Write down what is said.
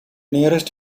nearest